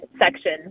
section